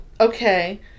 Okay